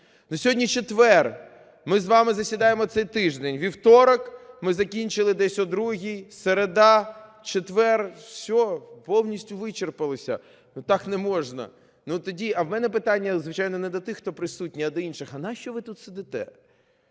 Сьогодні четвер. Ми з вами засідаємо цей тиждень. У вівторок ми закінчили десь о другій. Середа, четвер – все, повністю вичерпалися. Так не можна. А в мене питання, звичайно, не до тих, хто присутній, а до інших. А навіщо ви тут сидите?